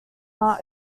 art